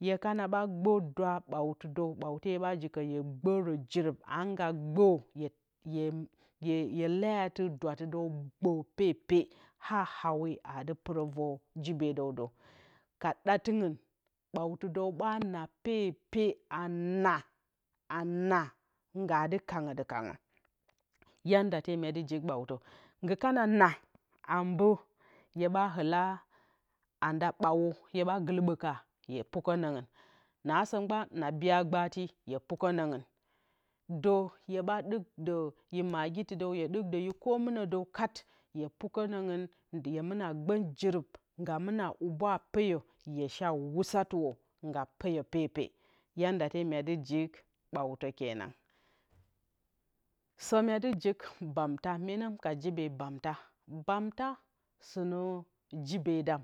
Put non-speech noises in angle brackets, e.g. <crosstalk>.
Hye kana ɓa gbǝ dwa bwatɨdǝwte hye ɓa jikǝ hye gbǝǝrǝ jirip. anga gbǝǝ hye <hesitation> leya dwattɨdǝw gǝ pepe ha awe adɨ pɨrǝ vǝr jibedǝw ka ɗatǝngɨn bwattɨdǝw ɓa naapepe a naa a naa ngadɨ kangǝ dɨ kangǝ yandate mye dɨ jik bwaatǝnga naa a mbǝ hye ɓa hula nanda ɓawǝ a gɨlɨɓǝkarǝ nasǝ mgban na biyara gbaati hye pukǝ nǝngɨn hyeɓa ɗikdǝ yǝ maggitɨdǝw ka kǝmɨnǝdǝw kat hye pukǝ nǝngrǝn jye mina gbǝn jirip a mɨna huba a peyǝ hye she wusatɨrǝ nga peyǝ pepe yendate myedɨ jik bwattǝ kenan, sǝ myedɨ jok bamta, myene ka jibe bamta. Bamta sɨnǝ jibedam